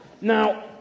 Now